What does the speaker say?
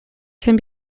can